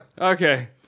Okay